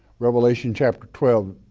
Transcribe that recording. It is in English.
revelation, chapter twelve,